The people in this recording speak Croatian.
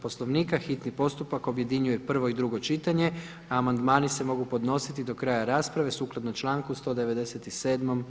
Poslovnika hitni postupak objedinjuje prvo i drugo čitanje, a amandmani se mogu podnositi do kraja rasprave sukladno članku 197.